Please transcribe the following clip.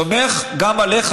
סומך גם עליך,